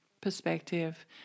perspective